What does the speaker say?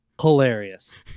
hilarious